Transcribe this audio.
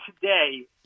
today